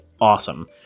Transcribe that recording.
awesome